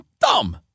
dumb